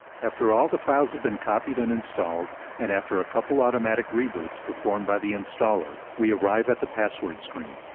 after all the files have been copied and installed, and after a couple automatic reboots performed by the installer, we arrive at the password screen.